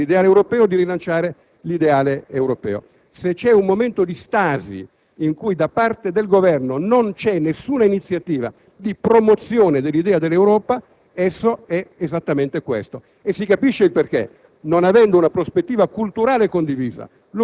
di fare informazione per l'Europa, di spiegare l'ideale europeo, di rilanciare l'ideale europeo. Se c'è un momento di stasi in cui, da parte del Governo, non c'è alcuna iniziativa di promozione dell'idea dell'Europa è esattamente questo. Si capisce il perché: